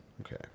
Okay